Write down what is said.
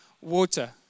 water